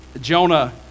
Jonah